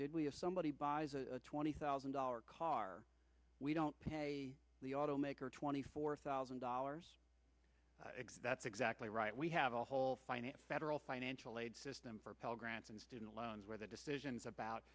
did we if somebody buys a twenty thousand dollar car we don't pay the automaker twenty four thousand dollars that's exactly right we have a whole finance federal financial aid system for pell grants and student loans where the decisions about